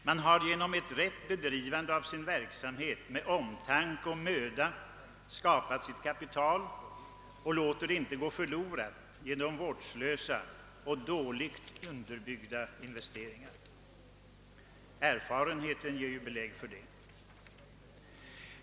Man har genom ett rätt bedrivande av sin verksamhet med omtanke och möda skapat sitt kapital och låter det inte gå förlorat genom vårdslösa och dåligt underbyggda investeringar. Erfarenheten ger ju belägg för detta.